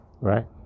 right